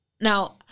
Now